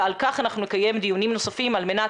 ועל כך אנחנו נקיים דיונים נוספים על מנת